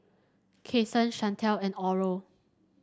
Cason Chantelle and Oral